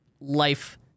life